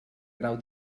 grau